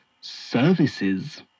Services